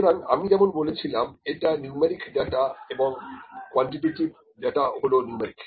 সুতরাং আমি যেমন বলেছিলাম এটা নিউমেরিক ডাটা এবং কোয়ান্টিটেটিভ ডাটা হলো নিউমেরিক